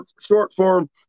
short-form